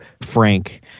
Frank